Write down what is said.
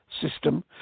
System